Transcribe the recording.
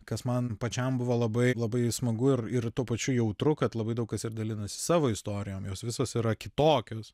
kas man pačiam buvo labai labai smagu ir ir tuo pačiu jautru kad labai daug kas ir dalinasi savo istorijom jos visos yra kitokios